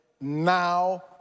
now